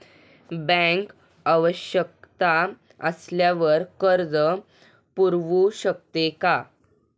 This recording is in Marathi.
बँक आवश्यकता असल्यावर कर्ज पुरवू शकते का?